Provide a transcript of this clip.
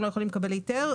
הם לא יכולים לקבל היתר.